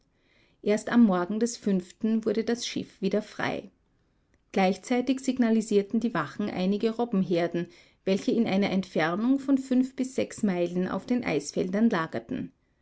erst am morgen des wurde das schiff wieder frei gleichzeitig signalisierten die wachen einige robbenherden welche in einer entfernung von fünf bis sechs meilen auf den eisfeldern lagerten